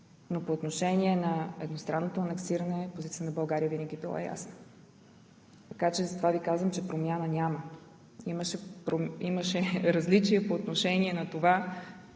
По отношение на едностранното анексиране. Позицията на България винаги е била ясна и затова Ви казвам, че промяна няма. Имаше различия по отношение на това